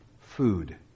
food